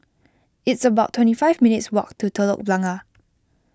it's about twenty five minutes' walk to Telok Blangah